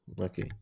okay